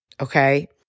Okay